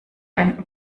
ein